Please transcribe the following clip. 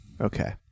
Okay